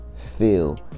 feel